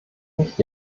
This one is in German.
mich